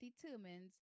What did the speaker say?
determines